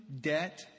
debt